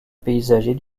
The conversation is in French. paysager